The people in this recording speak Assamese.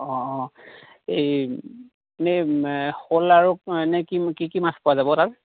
অঁ অঁ এই এনেই শ'ল আৰু এনেই কি কি মাছ পোৱা যাব তাত